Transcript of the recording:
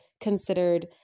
considered